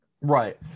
Right